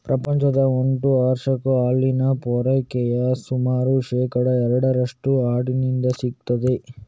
ಪ್ರಪಂಚದ ಒಟ್ಟು ವಾರ್ಷಿಕ ಹಾಲಿನ ಪೂರೈಕೆಯ ಸುಮಾರು ಶೇಕಡಾ ಎರಡರಷ್ಟು ಆಡಿನಿಂದ ಸಿಗ್ತದೆ